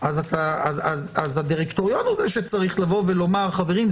אז הדירקטוריון הוא זה שצריך לבוא ולומר חברים,